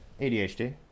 ADHD